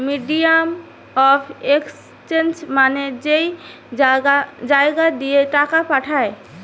medium of exchange মানে যেই জাগা দিয়ে টাকা পাঠায়